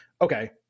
Okay